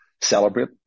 celebrate